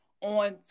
on